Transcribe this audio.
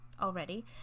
already